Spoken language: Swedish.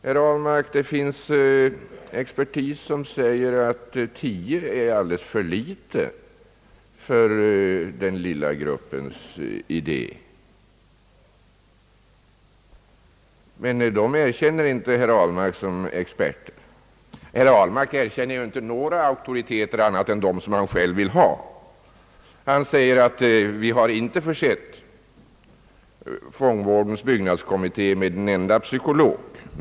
Det finns, herr Ahlmark, experter som säger att tio är alldeles för litet för den lilla gruppens idé. Men dem erkänner inte herr Ahlmark som experter. Herr Ahlmark erkänner ju inte några andra auktoriteter än dem han själv vill ha. Han säger också, att vi inte har försett fångvårdens byggnadskommitté med en enda psykolog.